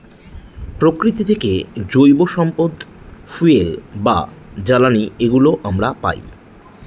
প্রকৃতি থেকে জৈব সম্পদ ফুয়েল বা জ্বালানি এগুলো আমরা পায়